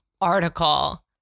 article